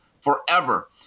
forever